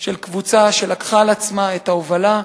של קבוצה שלקחה על עצמה את ההובלה,